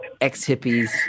ex-hippies